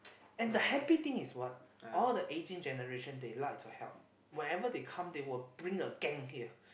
and the happy thing is what all the aging generation they like to help whenever they come they will bring a gang here